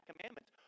commandments